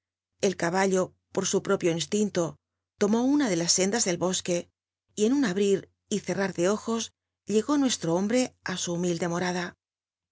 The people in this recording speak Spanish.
el cahallo por su propio instinto lomó una de las sendas clol bosque y en un abrir y cerrar de ojos llegó nuestro hombre á su humilde morada